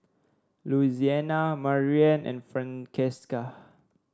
Louisiana Maryann and Francesca